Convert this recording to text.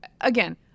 again